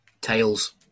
Tails